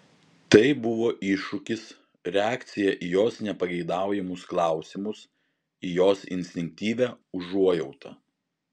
tai buvo iššūkis reakcija į jos nepageidaujamus klausimus į jos instinktyvią užuojautą